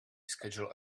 schedule